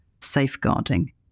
safeguarding